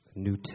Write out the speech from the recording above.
New